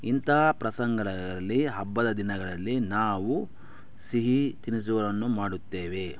ಇಂತಹ ಪ್ರಸಂಗಗಳಲ್ಲಿ ಹಬ್ಬದ ದಿನಗಳಲ್ಲಿ ನಾವು ಸಿಹಿ ತಿನಿಸುಗಳನ್ನು ಮಾಡುತ್ತೇವೆ